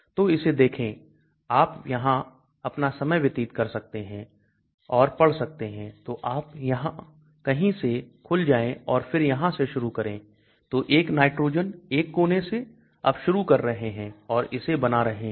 तो इसे देखें आप यहां अपना समय व्यतीत कर सकते हैं और पढ़ सकते हैं तो आप यहां कहीं से खुल जाए और फिर यहां से शुरू करें तो 1 नाइट्रोजन 1 कोने से अब शुरू कर रहे हैं और इसे बना रहे हैं